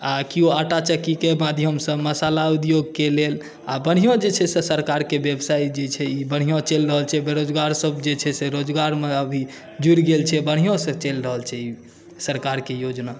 आ कियो आटा चक्कीके माध्यमसँ मसाला उद्योगके लेल आ बढ़िआँ जे छै सरकारके व्यवसाय जे छै ई बढ़िआँसँ चलि रहल छै बेरोजगारसभ जे छै से रोजगारमे अभी जुड़ि गेल छै बढ़िआँसँ चलि रहल छै ई सरकारके योजना